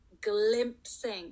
glimpsing